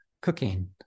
cooking